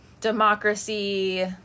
democracy